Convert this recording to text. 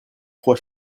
trois